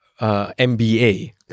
MBA